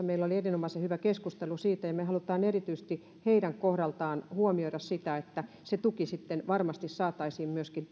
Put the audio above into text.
meillä oli sivistysvaliokunnassa erinomaisen hyvä keskustelu siitä ja me haluamme erityisesti heidän kohdallaan huomioida sitä että se tuki varmasti saataisiin myöskin